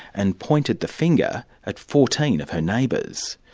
and pointed the finger at fourteen of her neighbours.